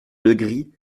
legris